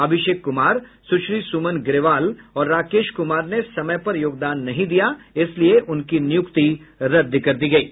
अभिषेक कुमार सुश्री सुमन ग्रेवाल और राकेश कुमार ने समय पर योगदान नहीं दिया इसलिए उनकी नियुक्ति रद्द कर दी गयी